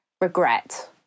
regret